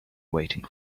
waiting